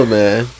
man